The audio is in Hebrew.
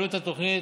עלות התוכנית,